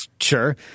sure